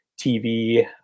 TV